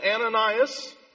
Ananias